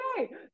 okay